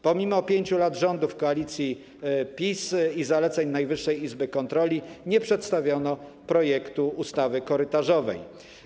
Pomimo 5 lat rządów koalicji PiS i zaleceń Najwyższej Izby Kontroli nie przedstawiono projektu ustawy korytarzowej.